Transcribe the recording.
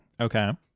Okay